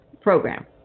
program